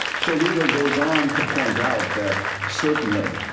so luther goes on to point out that, certainly,